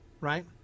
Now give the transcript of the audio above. right